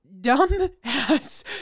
dumb-ass